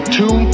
two